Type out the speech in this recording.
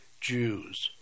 Jews